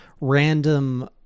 random